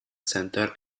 center